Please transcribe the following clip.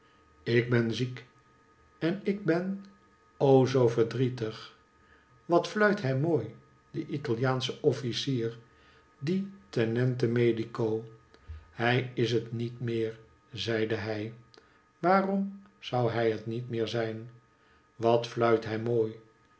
ik ben ziek en ik ben o zoo verdrietig wat fluit hij mooi die italiaansche officier die tenente medico hij is het niet meer zeide hij waarom zou hij het niet meer zijn wat fluit hij mooi